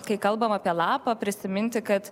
kai kalbam apie lapą prisiminti kad